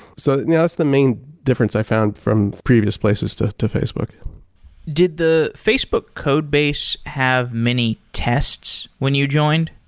so yeah that's the main difference i found from previous places to to facebook did the facebook code base have may tests when you joined?